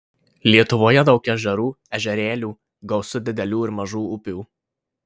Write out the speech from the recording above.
lietuvoje daug ežerų ežerėlių gausu didelių ir mažų upių